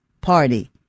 party